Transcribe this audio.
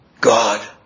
God